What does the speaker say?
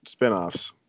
spinoffs